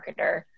marketer